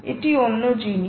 এটি অন্য জিনিস